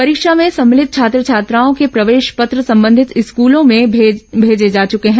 परीक्षा में सम्मलित छात्र छात्राओं के प्रवेश पत्र संबंधित स्कूलों में भेजे जा चुके हैं